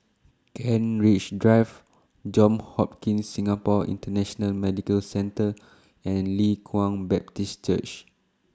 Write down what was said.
Kent Ridge Drive Johns Hopkins Singapore International Medical Centre and Leng Kwang Baptist Church